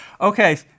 Okay